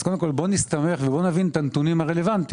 קודם כל בוא נסתמך ובוא נבין את הנתונים הרלוונטיים.